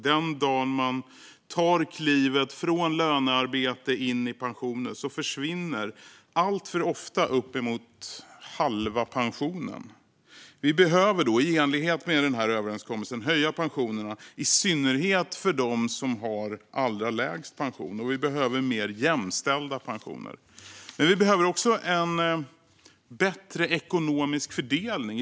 Den dag man tar klivet från lönearbete in i pensionen försvinner alltför ofta uppemot halva inkomsten. Vi behöver, i enlighet med denna överenskommelse, höja pensionerna, i synnerhet för dem som har allra lägst pension. Vi behöver också mer jämställda pensioner. Men vi behöver även en bättre ekonomisk fördelning.